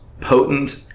potent